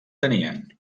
tenien